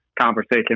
conversation